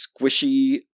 squishy